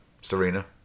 Serena